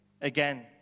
again